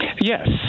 Yes